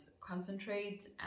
concentrate